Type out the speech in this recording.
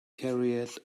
carried